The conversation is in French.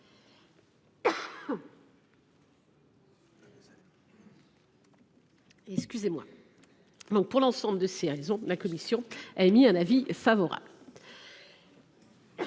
aux assurés. Pour l’ensemble de ces raisons, la commission a émis un avis favorable